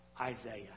Isaiah